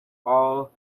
all